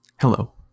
Hello